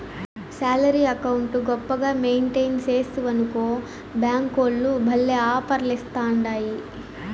salary account గొప్పగా maintain సేస్తివనుకో బ్యేంకోల్లు భల్లే ఆపర్లిస్తాండాయి